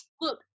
Look